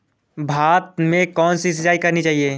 भाता में कौन सी सिंचाई करनी चाहिये?